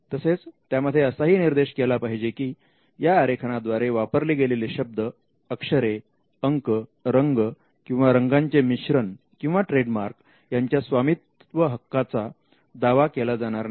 तसेच त्यामध्ये असाही निर्देश केला पाहिजे की या आरेखना द्वारे वापरले गेलेले शब्द अक्षरे अंक रंग किंवा रंगांचे मिश्रण किंवा ट्रेडमार्क यांच्या स्वामित्व हक्कांचा दावा केला जाणार नाही